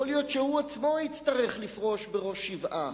יכול להיות שהוא עצמו יצטרך לפרוש בראש שבעה.